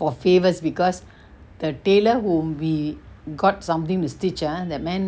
for favours because the tailor whom we got something to stitch ah that man